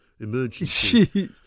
Emergency